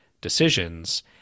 decisions